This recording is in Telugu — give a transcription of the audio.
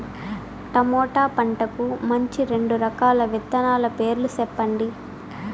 టమోటా పంటకు మంచి రెండు రకాల విత్తనాల పేర్లు సెప్పండి